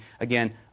Again